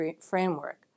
framework